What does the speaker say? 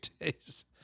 days